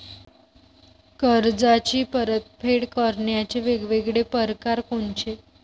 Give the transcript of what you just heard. कर्जाची परतफेड करण्याचे वेगवेगळ परकार कोनचे?